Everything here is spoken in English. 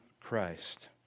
Christ